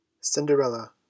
CINDERELLA